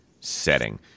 setting